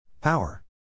Power